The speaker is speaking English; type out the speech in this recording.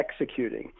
executing